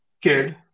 kid